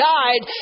died